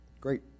Great